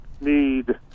need